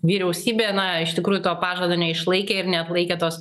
vyriausybė na iš tikrųjų to pažado neišlaikė ir neatlaikė tos